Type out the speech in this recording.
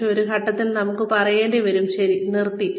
പക്ഷേ ഒരു ഘട്ടത്തിൽ നമുക്ക് പറയേണ്ടി വരും ശരി നിർത്തി